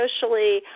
socially